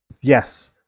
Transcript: yes